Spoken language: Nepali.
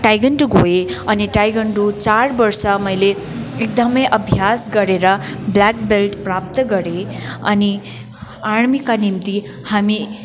ताइक्वान्डो गएँ अनि ताइक्वान्डो चार वर्ष मैले एकदमै अभ्यास गरेर ब्ल्याक बेल्ट प्राप्त गरेँ अनि आर्मीका निम्ति हामी